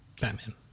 Batman